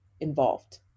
involved